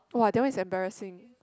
uh that one is embarrassing